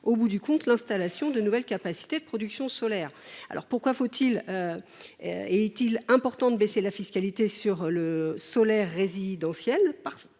au bout du compte l’installation de nouvelles capacités de production solaire. Pourquoi importe t il d’abaisser la fiscalité sur le solaire résidentiel ?